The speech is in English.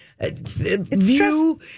view